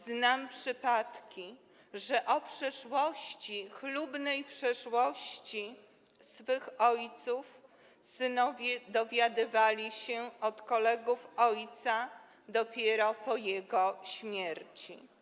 Znam przypadki, że o chlubnej przeszłości swych ojców synowie dowiadywali się od kolegów ojca dopiero po jego śmierci.